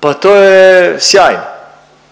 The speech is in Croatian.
pa to je sjajno